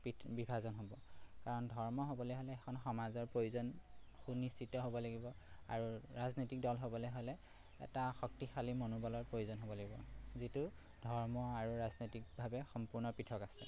বিভাজন হ'ব কাৰণ ধৰ্ম হ'বলে হ'লে এখন সমাজৰ প্ৰয়োজন সুনিশ্চিত হ'ব লাগিব আৰু ৰাজনৈতিক দল হ'বলে হ'লে এটা শক্তিশালী মনোবলৰ প্ৰয়োজন হ'ব লাগিব যিটো ধৰ্ম আৰু ৰাজনৈতিকভাৱে সম্পূৰ্ণ পৃথক আছে